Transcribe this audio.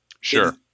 sure